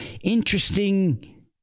interesting